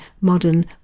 modern